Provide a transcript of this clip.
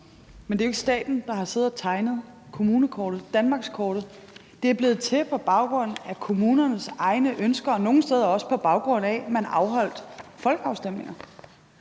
Men det er jo ikke staten, der har siddet og tegnet kommunekortet og danmarkskortet. Det er blevet til på baggrund af kommunernes egne ønsker og nogle steder også, på baggrund af at man afholdt folkeafstemninger.